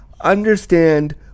understand